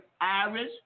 Irish